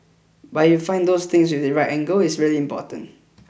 but if you find those things with the right angle it's really important